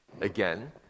again